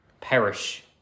Perish